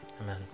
Amen